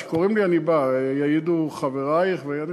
כשקוראים לי, אני בא.